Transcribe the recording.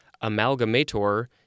Amalgamator